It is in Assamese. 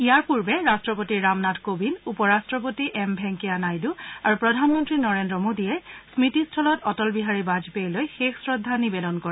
ইয়াৰ পূৰ্বে ৰাট্টপতি ৰামনাথ কোৱিন্দ উপ ৰাট্টপতি এম ভেংকায়া নাইডু আৰু প্ৰধানমন্ত্ৰী নৰেন্দ্ৰ মোডীয়ে স্মতি স্থলত অটল বিহাৰী বাজপেয়ীলৈ শেষ শ্ৰদ্ধা নিবেদন কৰে